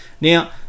Now